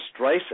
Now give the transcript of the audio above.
Streisand